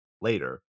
later